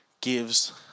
gives